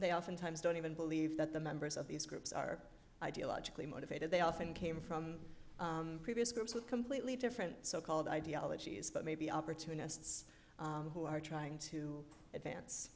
they oftentimes don't even believe that the members of these groups are ideologically motivated they often came from previous groups with completely different so called ideologies but maybe opportunists who are trying to advance